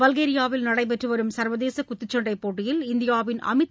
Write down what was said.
பல்கேரியாவில் நடைபெற்று வரும் சர்வதேச குத்துச்சண்ட போட்டியில்இந்தியாவின் அமித்